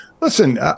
listen